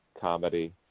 comedy